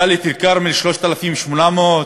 דאלית-אלכרמל, 3,800,